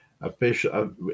official